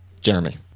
Jeremy